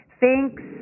thanks